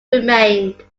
remained